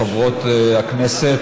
חברות הכנסת,